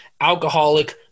alcoholic